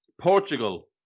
Portugal